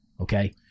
Okay